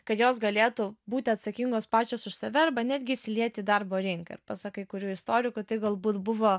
kad jos galėtų būti atsakingos pačios už save arba netgi įsilieti į darbo rinką ir pasak kai kurių istorikų tai galbūt buvo